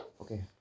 okay